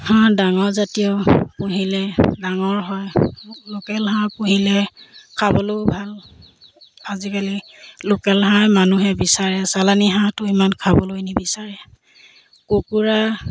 হাঁহ ডাঙৰ জাতীয় পুহিলে ডাঙৰ হয় লোকেল হাঁহ পুহিলে খাবলৈও ভাল আজিকালি লোকেল হাঁহ মানুহে বিচাৰে চালানী হাঁহটো ইমান খাবলৈ নিবিচাৰে কুকুৰা